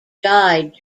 died